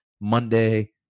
Monday